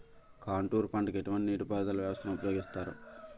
Contour పంటకు ఎటువంటి నీటిపారుదల వ్యవస్థను ఉపయోగిస్తారు?